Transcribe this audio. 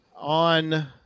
On